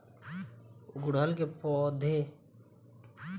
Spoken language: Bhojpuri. गुड़हल के पधौ के टहनियाँ पर सफेद सफेद हो के पतईया सुकुड़त बा इ कवन रोग ह?